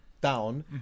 down